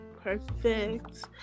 perfect